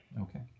Okay